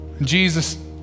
Jesus